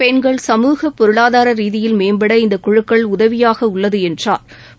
பெண்கள் சமுக பொருளாதார ரீதியில் மேம்பட இந்த குழுக்கள் உதவியாக உள்ளது என்றா்